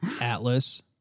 Atlas